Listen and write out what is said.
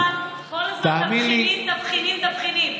הם אומרים כל הזמן: תבחינים, תבחינים, תבחינים.